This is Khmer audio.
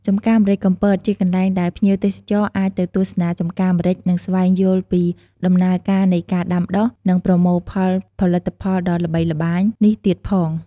ចំការម្រេចកំពតជាកន្លែងដែលភ្ញៀវទេសចរអាចទៅទស្សនាចំការម្រេច និងស្វែងយល់ពីដំណើរការនៃការដាំដុះ និងប្រមូលផលផលិតផលដ៏ល្បីល្បាញនេះទៀតផង។